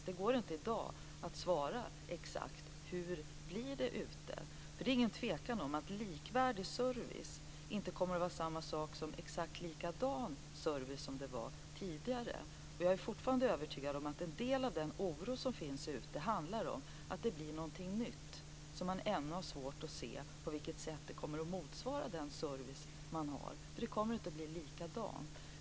Det går inte i dag att svara exakt på hur det blir ute, för det är ingen tvekan om att likvärdig service inte kommer att vara samma sak som exakt likadan service som den som var tidigare. Jag är fortfarande övertygad om att en del av den oro som finns handlar om att det blir någonting nytt och att man ännu har svårt att se på vilket sätt det kommer att motsvara den service man har, för den kommer inte att bli likadan.